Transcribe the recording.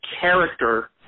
character